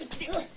feel